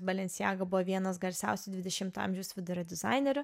balencijaga buvo vienas garsiausių dvidešimto amžiaus vidurio dizainerių